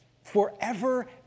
forever